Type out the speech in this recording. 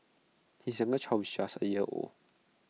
his youngest child is just A year old